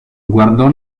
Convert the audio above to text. guardò